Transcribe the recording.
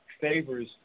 favors